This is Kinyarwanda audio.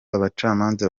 abacamanza